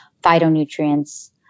phytonutrients